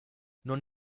non